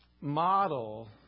Model